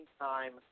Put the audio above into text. time